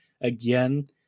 again